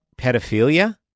pedophilia